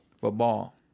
Football